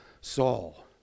Saul